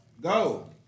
go